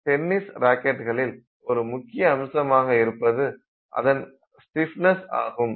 tennis ராக்கெட்டுகளில் ஒரு முக்கிய அம்சமாக இருப்பது அதன் ஸ்டிஃப்னஸ் ஆகும்